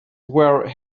were